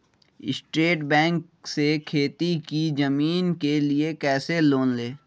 State bank से खेती की जमीन के लिए कैसे लोन ले?